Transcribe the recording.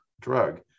drug